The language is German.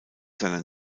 seiner